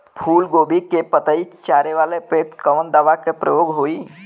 फूलगोभी के पतई चारे वाला पे कवन दवा के प्रयोग होई?